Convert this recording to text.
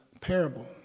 parable